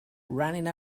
running